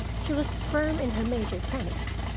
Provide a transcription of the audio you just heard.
she was firm in her major premise.